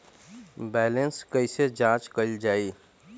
Balance कइसे जांच कइल जाइ?